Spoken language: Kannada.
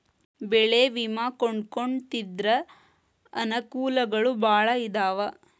ಬೆಳೆ ವಿಮಾ ಕಟ್ಟ್ಕೊಂತಿದ್ರ ಅನಕೂಲಗಳು ಬಾಳ ಅದಾವ